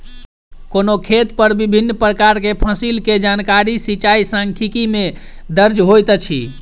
कोनो खेत पर विभिन प्रकार के फसिल के जानकारी सिचाई सांख्यिकी में दर्ज होइत अछि